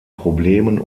problemen